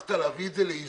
הצלחת להביא את זה לאיזון.